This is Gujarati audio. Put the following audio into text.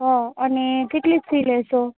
હ અને કેટલી ફી લેશો